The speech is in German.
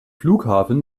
flughafen